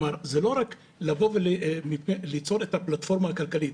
כלומר זה לא רק ליצור את הפלטפורמה הכלכלית,